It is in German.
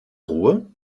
ruhr